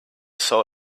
saw